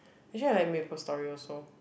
actually I like Maplestory also